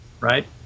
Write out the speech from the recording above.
right